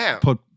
put